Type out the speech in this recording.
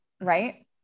Right